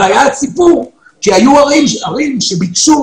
היו ערים שביקשו